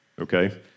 Okay